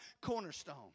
cornerstone